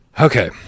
Okay